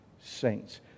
saints